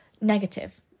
negative